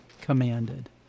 commanded